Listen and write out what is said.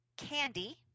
Candy